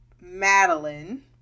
Madeline